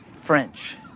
french